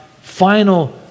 final